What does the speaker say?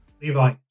Levi